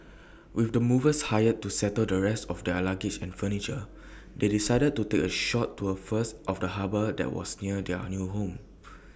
with the movers hired to settle the rest of their luggage and furniture they decided to take A short tour first of the harbour that was near their new home